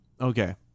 okay